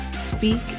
speak